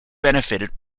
benefited